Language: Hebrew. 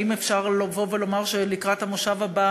האם אפשר לומר שלקראת המושב הבא